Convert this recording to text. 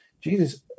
Jesus